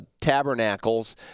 Tabernacles